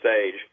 stage